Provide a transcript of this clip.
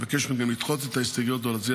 אני מבקש מכם לדחות את ההסתייגויות ולהצביע